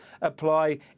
apply